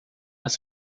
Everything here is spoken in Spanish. las